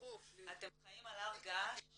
אתם חיים על הר געש